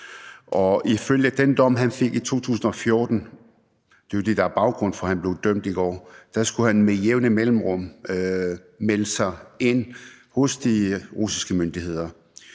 Ifølge den dom, han fik i 2014 – det er jo det, der er baggrunden for, at han blev dømt i går – skulle han med jævne mellemrum melde sig hos de russiske myndigheder,